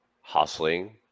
hustling